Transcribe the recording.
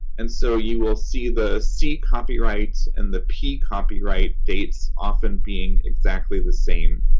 and so you will see the c copyright and the p copyright dates often being exactly the same.